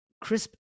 crisp